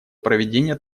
проведение